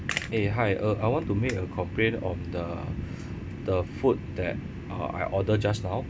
eh hi uh I want to make a complaint on the the food that uh I ordered just now